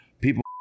people